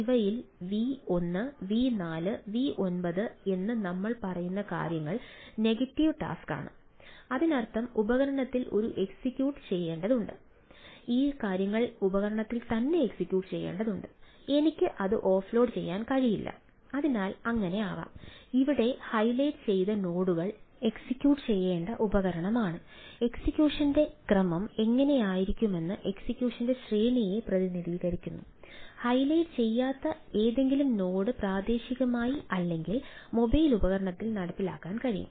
ഇവയിൽ v1 v4 v9 എന്ന് നമ്മൾ പറയുന്ന കാര്യങ്ങൾ നെഗറ്റീവ് ടാസ്കാണ് ഉപകരണത്തിൽ നടപ്പിലാക്കാൻ കഴിയും